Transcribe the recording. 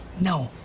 no.